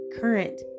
current